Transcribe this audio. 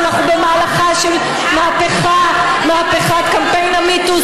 אנחנו במהלכה של מהפכה, מהפכת קמפיין MeToo.